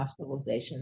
hospitalizations